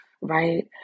right